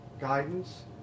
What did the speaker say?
guidance